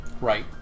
right